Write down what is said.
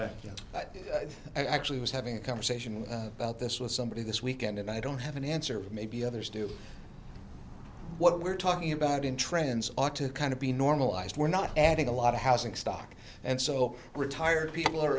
but i actually was having a conversation about this with somebody this weekend and i don't have an answer but maybe others do what we're talking about in trends ought to kind of be normalized we're not adding a lot of housing stock and so retired people